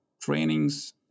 trainings